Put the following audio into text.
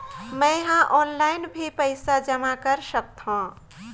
मैं ह ऑनलाइन भी पइसा जमा कर सकथौं?